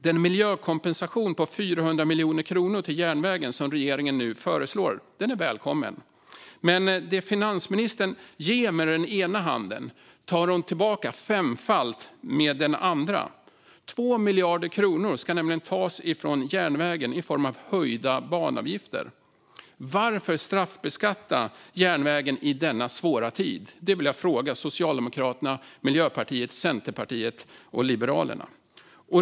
Den miljökompensation på 400 miljoner kronor till järnvägen som regeringen nu föreslår är välkommen, men det finansministern ger med ena handen tar hon tillbaka femfalt med den andra. Det ska nämligen tas 2 miljarder kronor från järnvägen i form av höjda banavgifter. Varför straffbeskatta järnvägen i denna svåra tid? Det vill jag fråga Socialdemokraterna, Miljöpartiet, Centerpartiet och Liberalerna.